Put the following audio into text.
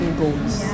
goals